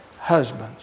husbands